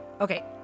Okay